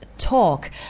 talk